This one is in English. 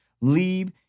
leave